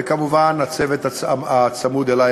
וכמובן הצוות הצמוד אלי,